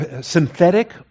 synthetic